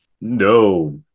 No